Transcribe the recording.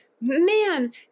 Man